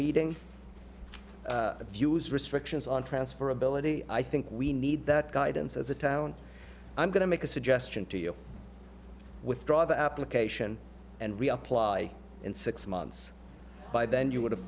meeting views restrictions on transfer ability i think we need that guidance as a town i'm going to make a suggestion to you withdraw the application and reapply in six months by then you would have